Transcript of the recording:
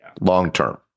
long-term